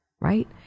right